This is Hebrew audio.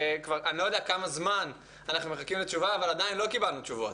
אני לא יודע כמה זמן אנחנו מחכים לתשובה ועדיין לא קיבלנו תשובות.